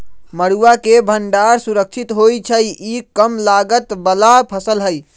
मरुआ के भण्डार सुरक्षित होइ छइ इ कम लागत बला फ़सल हइ